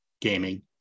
gaming